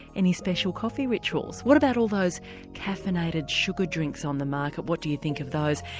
any special coffee rituals, what about all those caffeinated sugar drinks on the market what do you think of those?